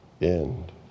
end